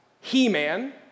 He-Man